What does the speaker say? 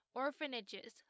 orphanages